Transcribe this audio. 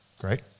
Great